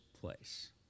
place